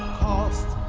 cost